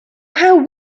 how